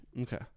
Okay